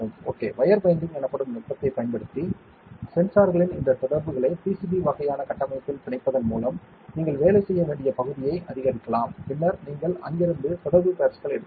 okay wire binding எனப்படும் நுட்பத்தைப் பயன்படுத்தி சென்சார்களின் இந்த தொடர்புகளை PCB வகையான கட்டமைப்பில் பிணைப்பதன் மூலம் நீங்கள் வேலை செய்ய வேண்டிய பகுதியை அதிகரிக்கலாம் பின்னர் நீங்கள் அங்கிருந்து தொடர்பு பேட்ஸ்கள் எடுக்கலாம்